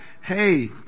hey